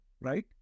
right